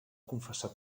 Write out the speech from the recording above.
confessar